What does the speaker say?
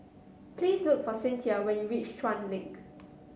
please look for Cynthia when you reach Chuan Link